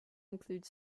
include